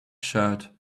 shirt